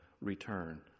return